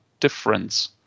difference